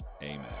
Amen